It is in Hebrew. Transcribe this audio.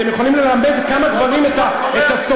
אתם יכולים ללמד כמה דברים את הסובייטים.